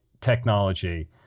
technology